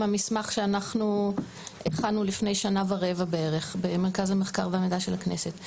המסמך שאנחנו הכנו לפני שנה ורבע בערך במרכז המחקר והמידע של הכנסת.